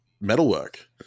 metalwork